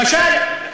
למשל,